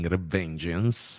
Revengeance